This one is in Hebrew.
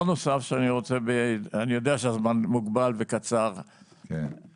אני יודע שהזמן מוגבל וקצר אבל